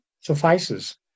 suffices